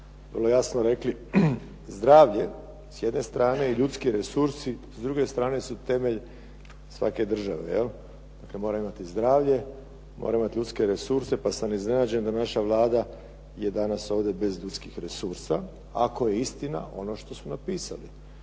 vrlo jasno rekli, zdravlje s jedne strane i ljudski resursi s druge strane su temelj svake države. Moramo imati zdravlje, moramo imati uske resurse pa sam iznenađen da naša Vlada je danas ovdje bez ljudskih resursa, ako je istina ono što su napisali,